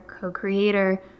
co-creator